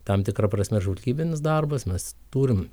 tam tikra prasme žvalgybinis darbas mes turim